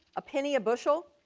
a penny a bushel?